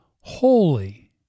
holy